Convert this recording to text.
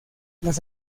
las